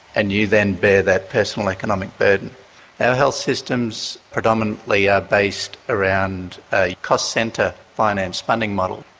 and you then bear that personal economic burden. our health systems predominantly are based around a cost centre finance funding model.